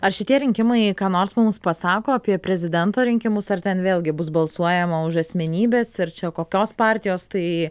ar šitie rinkimai ką nors mums pasako apie prezidento rinkimus ar ten vėlgi bus balsuojama už asmenybes ir čia kokios partijos tai